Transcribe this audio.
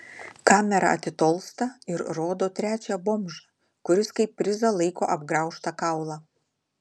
kamera atitolsta ir rodo trečią bomžą kuris kaip prizą laiko apgraužtą kaulą